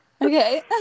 Okay